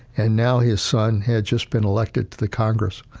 and now his son had just been elected to the congress.